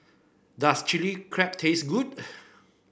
does Chili Crab taste good